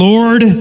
Lord